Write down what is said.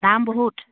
দাম বহুত